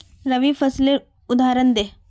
रवि फसलेर उदहारण दे?